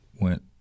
went